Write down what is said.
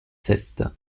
sept